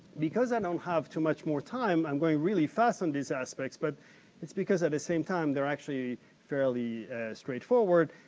because i don't have too much more time, i'm going really fast on these aspects, but that's because at the same time they're actually fairly straight forward.